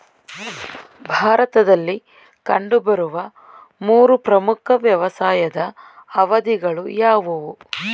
ಭಾರತದಲ್ಲಿ ಕಂಡುಬರುವ ಮೂರು ಪ್ರಮುಖ ವ್ಯವಸಾಯದ ಅವಧಿಗಳು ಯಾವುವು?